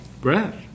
breath